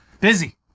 Busy